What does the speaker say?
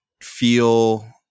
feel